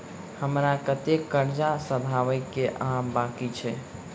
हमरा कतेक कर्जा सधाबई केँ आ बाकी अछि?